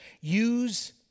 use